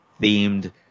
themed